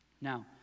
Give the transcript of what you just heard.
Now